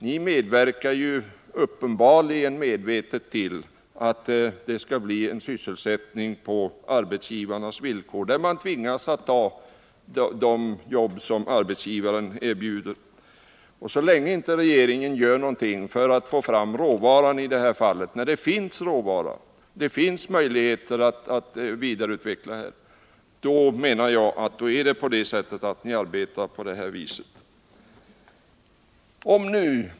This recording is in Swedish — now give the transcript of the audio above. Ni medverkar ju uppenbarligen medvetet till att det skall bli en sysselsättning på arbetsgivarnas villkor, där arbetarna tvingas att ta de jobb som arbetsgivarna erbjuder. Så länge inte regeringen gör någonting för att få fram råvara, när det finns råvara att vidareutveckla, menar jag att ni arbetar på det viset.